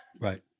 Right